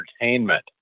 entertainment